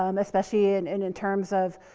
um especially and and in terms of,